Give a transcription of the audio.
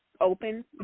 open